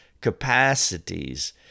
capacities